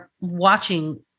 watching